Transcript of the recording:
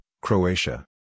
Croatia